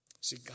See